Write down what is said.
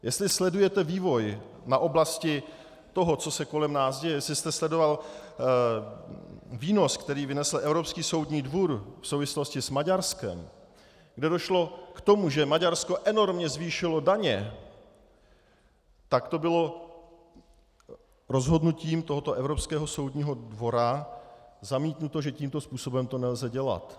Jestli sledujete vývoj v oblasti toho, co se kolem nás děje, jestli jste sledoval výnos, který vynesl Evropský soudní dvůr v souvislosti s Maďarskem, kde došlo k tomu, že Maďarsko enormně zvýšilo daně, tak to bylo rozhodnutím tohoto Evropského soudního dvora zamítnuto, že tímto způsobem to nelze dělat.